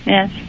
Yes